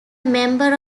member